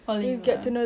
falling in love